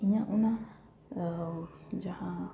ᱤᱧᱟᱹᱜ ᱚᱱᱟ ᱡᱟᱦᱟᱸ